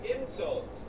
insult